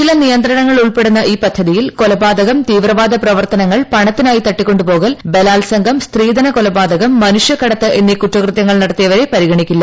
ചില നിയന്ത്രണങ്ങൾ ഉൾപ്പെടുന്ന ഈ പദ്ധതിയിൽ കൊലപാതകം തീവ്രവാദ പ്രവർത്തനങ്ങൾ പണത്തിനായി തട്ടിക്കൊണ്ടുപോകൽ ബലാത്സംഗം സ്ത്രീധന കൊലപാതകം മനുഷ്യക്കടത്ത് എന്നീ കുറ്റകൃത്യങ്ങൾ നടത്തിയവരെ പരിഗണിക്കില്ല